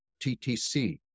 TTC